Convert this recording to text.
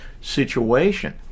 situation